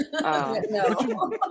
No